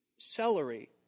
Celery